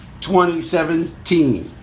2017